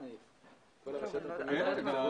בשעה 13:20 ונתחדשה בשעה 13:30.)